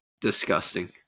Disgusting